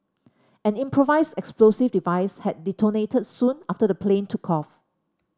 an improvised explosive device had detonated soon after the plane took off